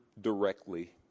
directly